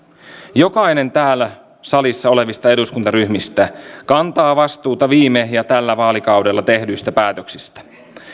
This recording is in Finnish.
jokainen täällä salissa olevista eduskuntaryhmistä kantaa vastuuta viime ja tällä vaalikaudella tehdyistä päätöksistä